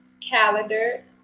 calendar